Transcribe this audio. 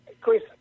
Chris